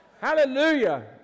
Hallelujah